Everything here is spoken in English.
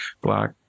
black